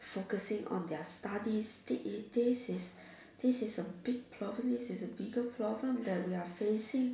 focusing on their studies they is this is this is a big probably it's a bigger problem that we are facing